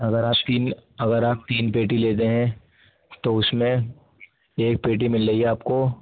اگر آپ تین اگر آپ تین پیٹی لیتے ہیں تو اس میں ایک پیٹی مل رہی ہے آپ کو